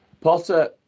Potter